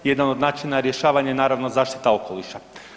Jedan od načina rješavanja je, naravno, zaštita okoliša.